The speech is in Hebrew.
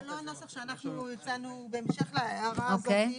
אבל זה לא הנוסח שאנחנו הצענו בהמשך להערה הזאת,